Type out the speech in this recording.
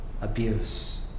abuse